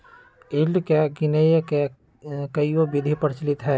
yield के गीनेए के कयहो विधि प्रचलित हइ